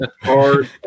Hard